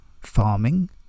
farming